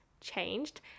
changed